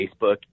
Facebook